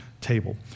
Table